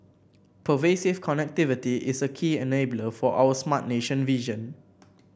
pervasive connectivity is a key enabler for our Smart Nation vision